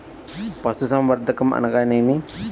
పశుసంవర్ధకం అనగానేమి?